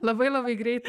labai labai greitai